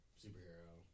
superhero